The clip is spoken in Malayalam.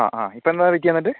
അ ആ ഇപ്പോൾ എന്താ പറ്റിയത് എന്നിട്ട്